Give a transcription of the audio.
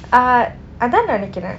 uh அதான் நினைக்கிறேன்:athaan ninaikiraen